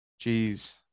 Jeez